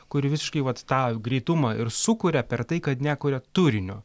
kuri visiškai vat tą greitumą ir sukuria per tai kad nekuria turinio